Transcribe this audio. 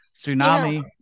tsunami